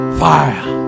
fire